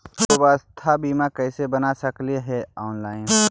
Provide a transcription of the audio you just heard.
स्वास्थ्य बीमा कैसे बना सकली हे ऑनलाइन?